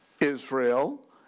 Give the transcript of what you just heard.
Israel